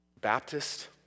Baptist